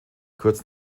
kurz